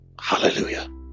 hallelujah